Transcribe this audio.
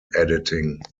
editing